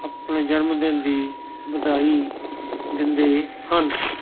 ਆਪਣੇ ਜਨਮ ਦਿਨ ਦੀ ਵਧਾਈ ਦਿੰਦੇ ਹਨ